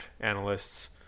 analysts